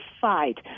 fight